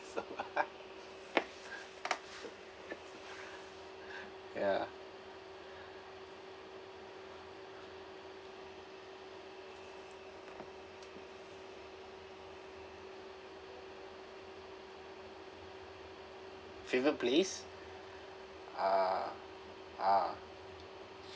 ya favourite place uh ah